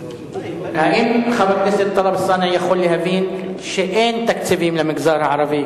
האם חבר הכנסת טלב אלסאנע יכול להבין שאין תקציבים למגזר הערבי,